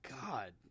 God